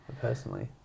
personally